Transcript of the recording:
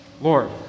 Lord